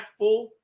impactful